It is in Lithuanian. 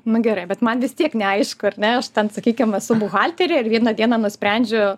nu gerai bet man vis tiek neaišku ar ne ten sakykim esu buhalterė ir vieną dieną nusprendžiu